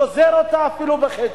גוזר אותו בחצי.